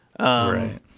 Right